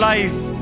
Life